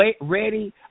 ready